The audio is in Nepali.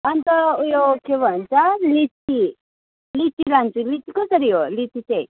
अन्त उयो के भन्छ लिची लिची लान्छु लिची कसरी हो लिची चाहिँ